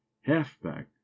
Halfback